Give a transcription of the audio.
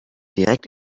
direkt